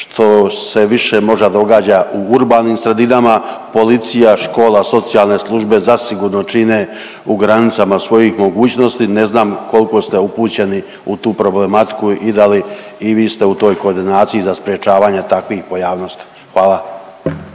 što se više možda događa u urbanim sredinama. Policija, škola, socijalne službe zasigurno čine u granicama svojih mogućnosti. Ne znam koliko ste upućeni u tu problematiku i da li i vi ste u toj koordinaciji za sprječavanja takvih pojavnosti. Hvala.